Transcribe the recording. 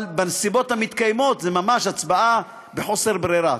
אבל בנסיבות הקיימות זאת ממש הצבעה בחוסר ברירה.